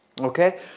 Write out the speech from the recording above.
Okay